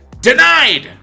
Denied